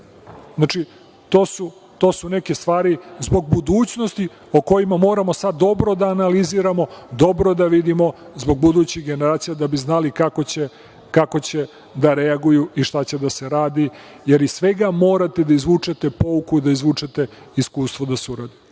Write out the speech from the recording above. pažnje? Znači, to su neke stvari zbog budućnosti o kojima moramo sada dobro da analiziramo, dobro da vidimo zbog budućih generacija da bi znali kako će da reaguju i šta će da se radi, jer iz svega morate da izvučete pouku, da izvučete iskustvo da se uradi. Još